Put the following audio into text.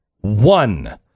one